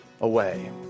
away